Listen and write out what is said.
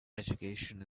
education